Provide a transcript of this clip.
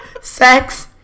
Sex